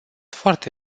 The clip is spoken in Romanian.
foarte